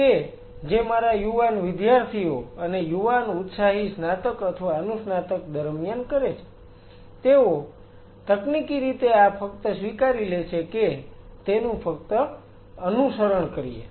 કે જે મારા યુવાન વિદ્યાર્થીઓ અથવા યુવાન ઉત્સાહી સ્નાતક અથવા અનુસ્નાતક દરમ્યાન કરે છે તેઓ તકનીકી રીતે આ ફક્ત સ્વીકારી લે છે કે તેનું ફક્ત અનુસરણ કરીએ